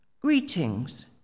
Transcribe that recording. Greetings